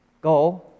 Go